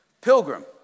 Pilgrim